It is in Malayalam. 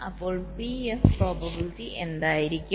അപ്പോൾ Pf പ്രോബബിലിറ്റി എന്തായിരിക്കും